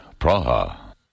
Praha